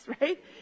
right